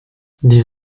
dix